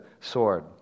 sword